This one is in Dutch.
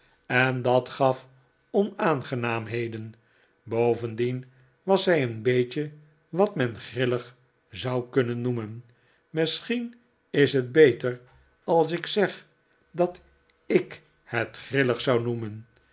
en dat gaf onaangenaamheden bovendien was zij een beetje wat men grillig zou kunnen noemen misschien is het beter als ikzeg dat i k het grillig zou noemen